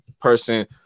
person